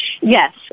Yes